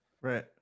Right